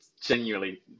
genuinely